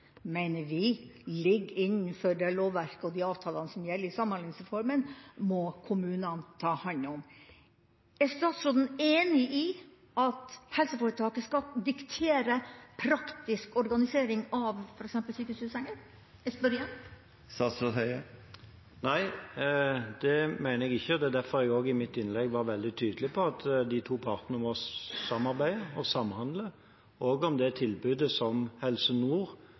mener at en praktisk organisering ligger innenfor lovverket og avtalene som gjelder i Samhandlingsreformen, det må kommunene ta hånd om. Er statsråden enig i at helseforetaket skal diktere praktisk organisering av f.eks. sykestuesenger? Jeg spør igjen. Nei, det mener jeg ikke. Det er derfor jeg i mitt innlegg var veldig tydelig på at de to partene må samarbeide og samhandle, også om det tilbudet som Helse Nord